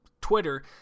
Twitter